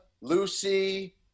Lucy